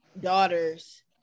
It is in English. daughters